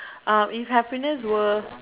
um if happiness were